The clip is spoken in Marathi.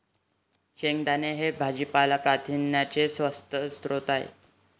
शेंगदाणे हे भाजीपाला प्रथिनांचा स्वस्त स्रोत आहे